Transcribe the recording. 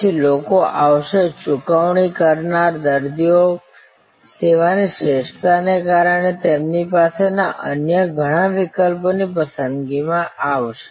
પછી લોકો આવશે ચૂકવણી કરનારા દર્દીઓ સેવાની શ્રેષ્ઠતાને કારણે તેમની પાસેના અન્ય ઘણા વિકલ્પોની પસંદગીમાં આવશે